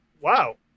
wow